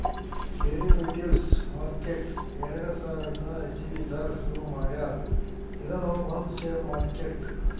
derivatives market ಎರಡ ಸಾವಿರದ್ ಇಸವಿದಾಗ್ ಶುರು ಮಾಡ್ಯಾರ್ ಇದೂನು ಒಂದ್ ಷೇರ್ ಮಾರ್ಕೆಟ್